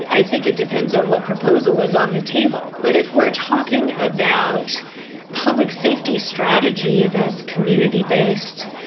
i think it depends on what proposal is on the table. but if we're talking about public safety strategy, that's community based,